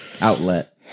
outlet